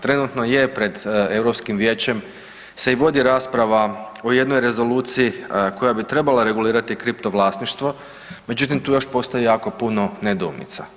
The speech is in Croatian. Trenutno je pred Europskim Vijećem se i vodi rasprava o jednoj rezoluciji koja bi trebala regulirati kriptovlasništvo, međutim tu postoji još jako puno nedoumica.